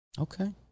Okay